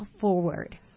forward